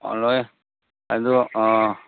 ꯑꯣ ꯑꯗꯨ